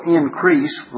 increase